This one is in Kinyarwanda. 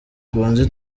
tubanze